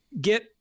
get